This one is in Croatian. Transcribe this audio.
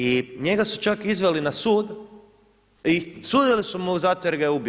I njega su čak izveli na sud i sudili su mu zato jer ga je ubio.